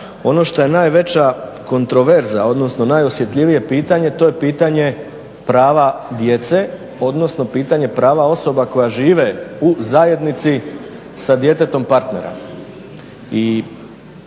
Ono što je najveća kontroverza, odnosno najosjetljivije pitanje to je pitanje prava djece, odnosno pitanje prava osoba koja žive u zajednici sa djetetom partnera